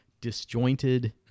disjointed